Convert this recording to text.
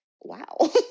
wow